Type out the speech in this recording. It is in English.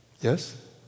Yes